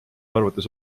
arvates